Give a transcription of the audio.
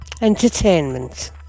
entertainment